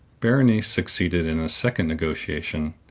berenice succeeded in a second negotiation,